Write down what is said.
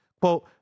Quote